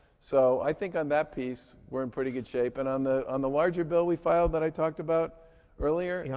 so i think on that piece, we're in pretty good shape. and on the on the larger bill we filed that i talked about earlier, yeah